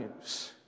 news